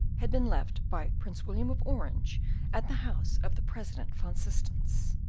had been left by prince william of orange at the house of the president van systens.